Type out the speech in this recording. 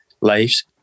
lives